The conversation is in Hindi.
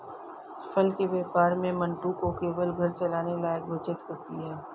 फल के व्यापार में मंटू को केवल घर चलाने लायक बचत होती है